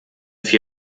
für